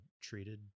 treated